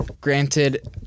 Granted